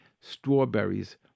strawberries